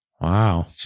Wow